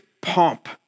pomp